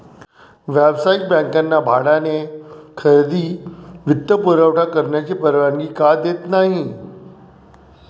व्यावसायिक बँकांना भाड्याने खरेदी वित्तपुरवठा करण्याची परवानगी का देत नाही